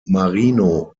marino